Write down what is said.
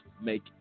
make